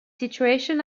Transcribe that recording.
situation